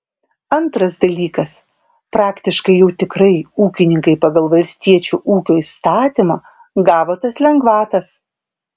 antras dalykas praktiškai jau tikrai ūkininkai pagal valstiečio ūkio įstatymą gavo tas lengvatas